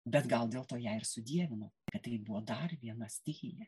bet gal dėl to ją ir sudievino kad tai buvo dar viena stichija